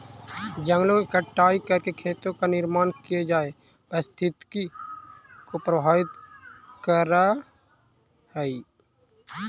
जंगलों की कटाई करके खेतों का निर्माण किये जाए पारिस्थितिकी को प्रभावित करअ हई